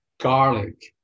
garlic